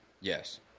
Yes